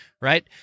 Right